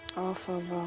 off of,